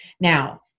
Now